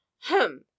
hum